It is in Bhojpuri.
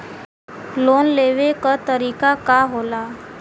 लोन लेवे क तरीकाका होला?